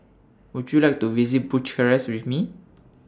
Would YOU like to visit Bucharest with Me